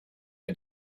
had